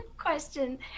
question